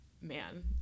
man